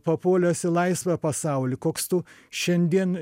papuolęs į laisvą pasaulį koks tu šiandien